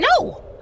No